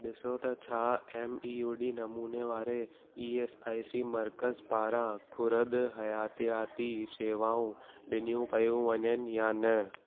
ॾिसो त छा एम ई यूडी नमूने वारे ई एस आई सी मर्कज़ु पारां ख़ुर्दु हयातियाति शेवाऊं ॾिनियूं पियूं वञनि या न